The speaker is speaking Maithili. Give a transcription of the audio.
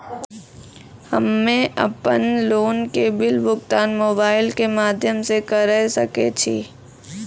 हम्मे अपन लोन के बिल भुगतान मोबाइल के माध्यम से करऽ सके छी?